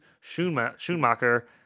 Schumacher